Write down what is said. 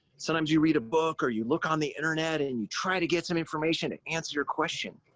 sometimes you read a book or you look on the internet and you try to get some information to answer your question.